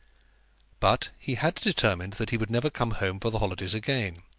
but he had determined that he would never come home for the holidays again.